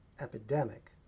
epidemic